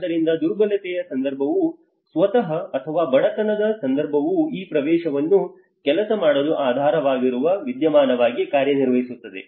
ಆದ್ದರಿಂದ ದುರ್ಬಲತೆಯ ಸಂದರ್ಭವು ಸ್ವತಃ ಅಥವಾ ಬಡತನದ ಸಂದರ್ಭವು ಈ ಪ್ರವೇಶವನ್ನು ಕೆಲಸ ಮಾಡಲು ಆಧಾರವಾಗಿರುವ ವಿದ್ಯಮಾನವಾಗಿ ಕಾರ್ಯನಿರ್ವಹಿಸುತ್ತದೆ